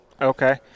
Okay